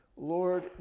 Lord